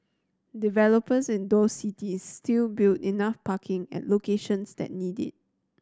developers in those cities still build enough parking at locations that need it